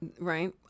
Right